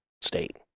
State